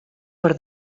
per